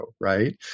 right